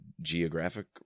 geographic